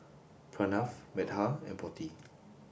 Pranav Medha and Potti